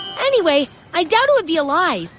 anyway, i doubt it would be alive.